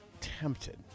tempted